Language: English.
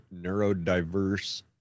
neurodiverse